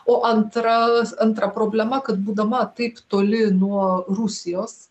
o antra antra problema kad būdama taip toli nuo rusijos